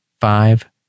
five